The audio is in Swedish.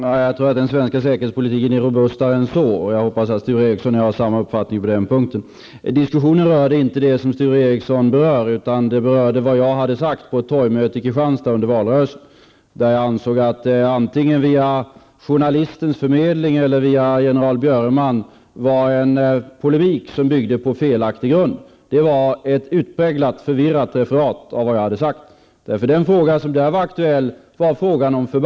Carl Bildt uttalar sig i Svenska Dagbladet den 4 december 1991 om general Carl Björeman på ett sätt som inte anstår en statsminister: ''Jag har ingen anledning att bedriva polemik mot en pensionerad och något förvirrad general''. Björeman har helt korrekt pekat på att moderaterna före valet utlovade mycket stora ökningar av försvarsanslagen, senast genom Lars Tobisson i augusti, i brev till några tusen försvarsanställda i Karlskrona och inte ''internt'' som statsministern påstår.